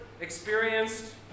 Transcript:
experienced